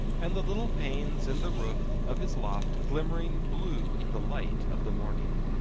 and the little panes in the roof of his loft glimmering blue in the light of the morning.